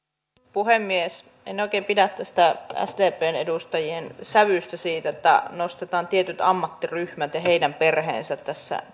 puhemies en oikein pidä tästä sdpn edustajien sävystä siitä että nostetaan tietyt ammattiryhmät ja heidän perheensä tässä